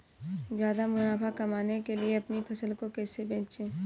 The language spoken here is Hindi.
ज्यादा मुनाफा कमाने के लिए अपनी फसल को कैसे बेचें?